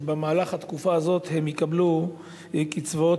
כשבמהלך התקופה הזאת הם יקבלו קצבאות